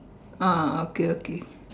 ah okay okay